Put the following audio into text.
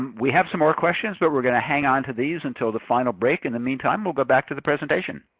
we have some more questions, but we're gonna hang onto these until the final break. in the meantime, we'll go back to the presentation.